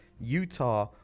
Utah